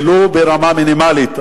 ולו ברמה מינימלית,